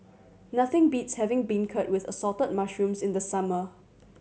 nothing beats having beancurd with Assorted Mushrooms in the summer